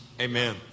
Amen